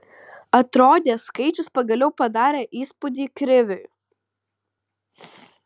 atrodė skaičius pagaliau padarė įspūdį kriviui